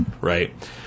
right